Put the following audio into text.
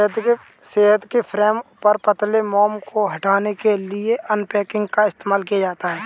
शहद के फ्रेम पर पतले मोम को हटाने के लिए अनकैपिंग का इस्तेमाल किया जाता है